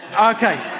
Okay